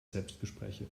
selbstgespräche